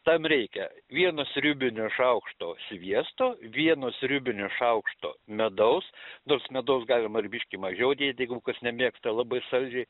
tam reikia vieno sriubinio šaukšto sviesto vieno sriubinio šaukšto medaus nors medaus galima ir biškį mažiau dėt jeigu kas nemėgsta labai saldžiai